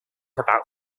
about